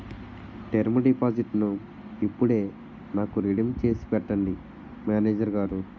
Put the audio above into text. term డిపాజిట్టును ఇప్పుడే నాకు రిడీమ్ చేసి పెట్టండి మేనేజరు గారు